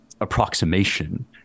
approximation